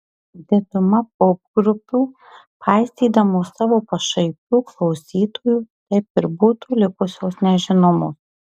diduma popgrupių paisydamos savo pašaipių klausytojų taip ir būtų likusios nežinomos